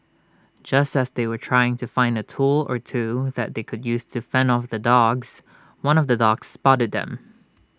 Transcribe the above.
just as they were trying to find A tool or two that they could use to fend off the dogs one of the dogs spotted them